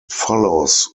follows